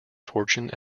fortune